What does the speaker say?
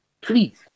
Please